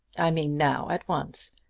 i mean now, at once.